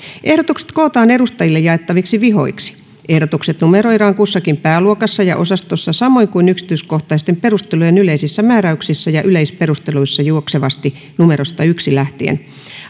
ehdotukset kootaan edustajille jaettaviksi vihoiksi ehdotukset numeroidaan kussakin pääluokassa ja osastossa samoin kuin yksityiskohtaisten perustelujen yleisissä määräyksissä ja yleisperusteluissa juoksevasti numerosta yhden lähtien